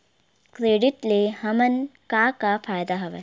Credit ले हमन का का फ़ायदा हवय?